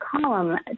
column